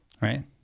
Right